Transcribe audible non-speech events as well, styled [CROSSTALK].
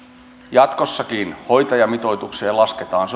jatkossakin hoitajamitoitukseen lasketaan [UNINTELLIGIBLE]